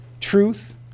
truth